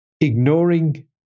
ignoring